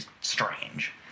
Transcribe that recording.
strange